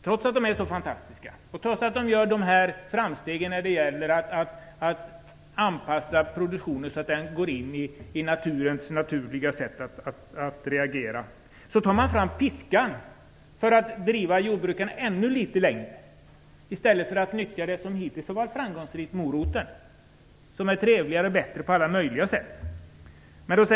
Trots att de är så fantastiska och trots att de gör dessa framsteg när det gäller att anpassa produktionen så att den följer naturens naturliga sätt att reagera tar man fram piskan för att driva jordbrukarna ännu litet längre i stället för att nyttja det som hittills har varit framgångsrikt, nämligen moroten. Den är trevligare och bättre på alla möjliga sätt.